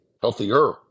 healthier